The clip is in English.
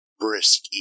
brisk